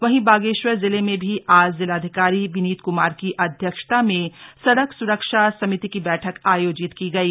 वहीं बागेश्वर जिलें में भी आज जिलाधिकारी विनीत कुमार की अध्यक्षता में सड़क सुरक्षा समिति की बैठक आयोजित की गयी